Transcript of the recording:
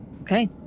Okay